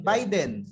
Biden